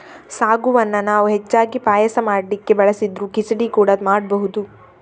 ಸಾಗುವನ್ನ ನಾವು ಹೆಚ್ಚಾಗಿ ಪಾಯಸ ಮಾಡ್ಲಿಕ್ಕೆ ಬಳಸಿದ್ರೂ ಖಿಚಡಿ ಕೂಡಾ ಮಾಡ್ಬಹುದು